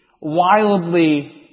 wildly